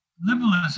liberalism